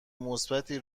مثبتی